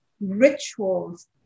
rituals